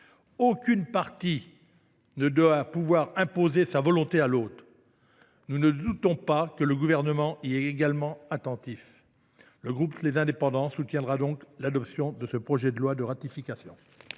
Aucune partie ne doit pouvoir imposer sa volonté à l’autre. Nous ne doutons pas que le Gouvernement y est également attentif. Le groupe Les Indépendants soutiendra donc l’adoption de ce projet de loi de ratification.